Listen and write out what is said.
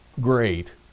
great